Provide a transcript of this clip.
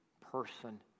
person